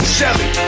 Shelly